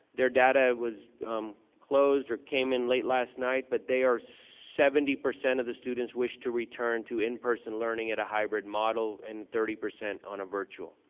their data was closed or came in late last night, but they are seventy percent of the students wished to return to in-person learning at a hybrid model and thirty percent on a virtual.